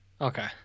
Okay